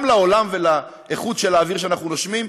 לעולם וגם לאיכות האוויר שאנחנו נושמים,